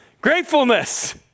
Gratefulness